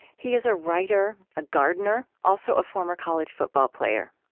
he is a writer, a gardener also a former college football player.